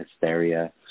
hysteria